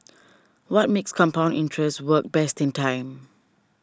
what makes compound interest work besting time